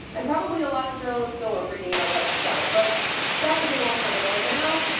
and probably a lot of journalists still are freaking out about excel, but that was a long time ago. now,